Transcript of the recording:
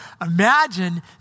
imagine